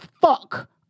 fuck